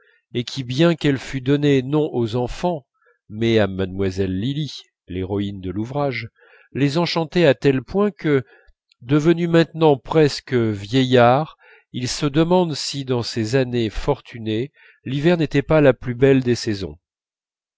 et qui bien qu'elle fût donnée non aux enfants mais à mlle lili l'héroïne de l'ouvrage les enchantait à tel point que devenus maintenant presque vieillards ils se demandaient si dans ces années fortunées l'hiver n'était pas la plus belle des saisons